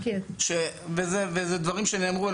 אלה דברים שנאמרו,